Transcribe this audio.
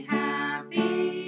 happy